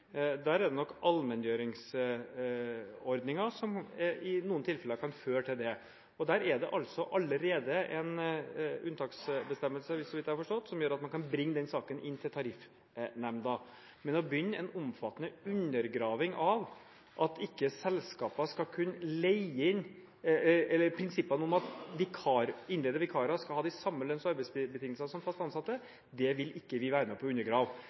der er det nok allmenngjøringsordninger som i noen tilfeller kan føre til det. Og der er det altså allerede en unntaksbestemmelse – så vidt jeg har forstått – som gjør at man kan bringe den saken inn til Tariffnemnda, men prinsippene om at innleide vikarer skal ha de samme lønns- og arbeidsbetingelser som fast ansatte, vil ikke vi være med på